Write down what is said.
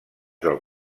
del